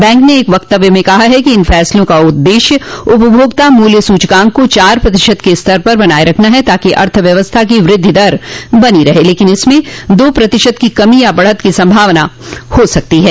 bank ने एक वक्तव्य में कहा है कि इन फैसलों का उद्देश्य उपभोक्ता मूल्य सूचकांक को चार प्रतिशत के स्तर पर बनाये रखना है ताकि अर्थव्यवस्था की वद्धि दर बनी रहे लेकिन इसमें दो प्रतिशत की कमी या बढ़त की संभावना हो सकती है